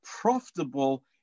profitable